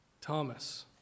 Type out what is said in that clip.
Thomas